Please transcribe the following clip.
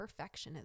perfectionism